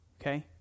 Okay